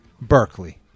Berkeley